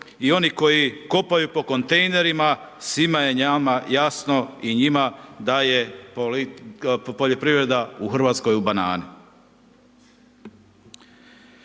i oni koji kopaju po kontejnerima, svima je nama jasno i njima da je poljoprivreda u Hrvatskoj u banani.